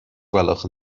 gwelwch